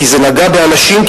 כי זה נגע באנשים,